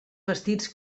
vestits